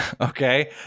Okay